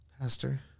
pastor